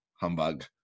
humbug